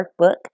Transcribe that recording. Workbook